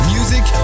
Music